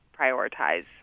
prioritize